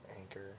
Anchor